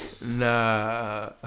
Nah